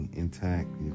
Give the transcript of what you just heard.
intact